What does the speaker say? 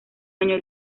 año